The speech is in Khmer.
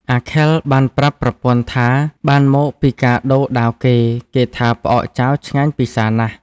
អាខិលបានប្រាប់ប្រពន្ធថាបានមកពីការដូរដាវគេៗថាផ្អកចាវឆ្ងាញ់ពិសារណាស់។